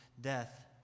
death